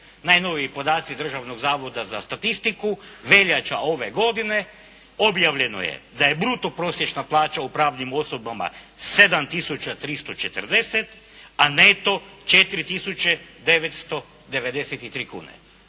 Najnoviji podaci Državnog zavoda za statistiku veljača ove godine objavljeno je da je bruto prosječna plaća u pravnim osobama 7 tisuća 340 a neto 4 tisuće